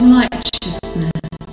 righteousness